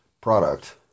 product